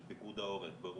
של פיקוד העורף ברוסית,